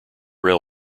rail